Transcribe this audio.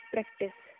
Practice